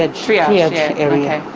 ah triage area.